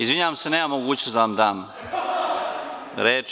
Izvinjavam se, nemam mogućnost da vam dam reč.